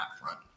front